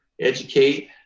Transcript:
educate